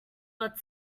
but